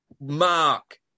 Mark